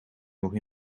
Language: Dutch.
nog